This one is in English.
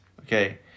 Okay